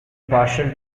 partial